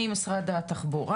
אני משרד התחבורה,